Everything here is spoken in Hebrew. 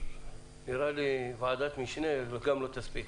נראה לי שגם ועדת משנה לא תספיק